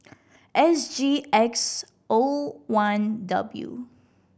S G X O one W